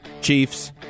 chiefs